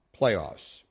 playoffs